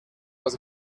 was